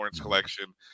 collection